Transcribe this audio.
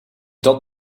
dat